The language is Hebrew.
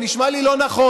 זה נשמע לי לא נכון,